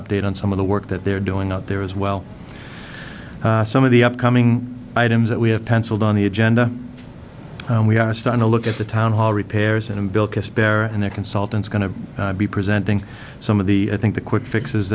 update on some of the work that they're doing out there as well some of the upcoming items that we have penciled on the agenda and we are start to look at the town hall repairs and bill to spare and the consultants going to be presenting some of the i think the quick fixes